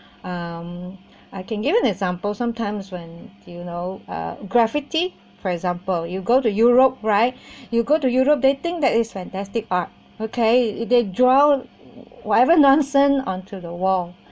um I can give an example sometimes when you know a graffiti for example you go to europe right you go to europe they think that is fantastic art bouquet it they draw whatever nonsense onto the wall and some of them are really really or demoralising